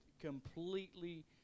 completely